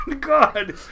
God